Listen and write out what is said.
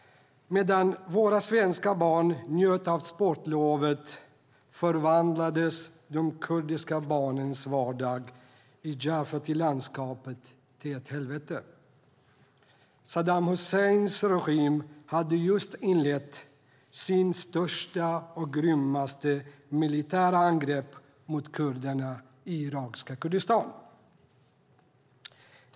Medan våra svenska barn njöt av sportlovet förvandlades de kurdiska barnens vardag i Jafätilandskapet till ett helvete. Saddam Husseins regim hade just inlett sitt största och grymmaste militära angrepp mot kurderna i irakiska Kurdistan.